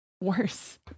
worse